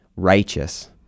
righteous